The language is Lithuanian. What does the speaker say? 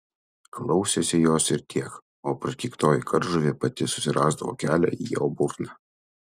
klausėsi jos ir tiek o prakeiktoji kardžuvė pati susirasdavo kelią į jo burną